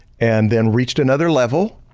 and then, reached another level.